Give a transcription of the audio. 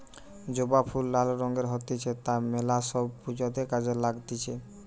জবা ফুল লাল রঙের হতিছে তা মেলা সব পূজাতে কাজে লাগতিছে